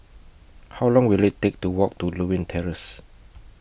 How Long Will IT Take to Walk to Lewin Terrace